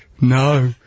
no